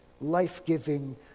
life-giving